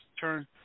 turn